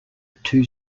two